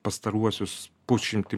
pastaruosius pusšimtį